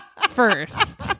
first